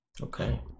Okay